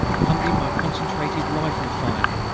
accompanied by concentrated rifle fire.